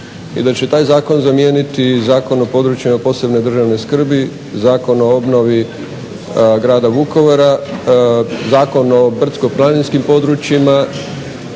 i da će taj zakon zamijeniti Zakon o područjima posebne državne skrbi, Zakon o obnovi Grada Vukovara, Zakon o brdsko-planinskim područjima